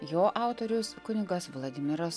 jo autorius kunigas vladimiras